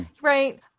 right